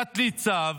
תת-ניצב,